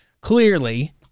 clearly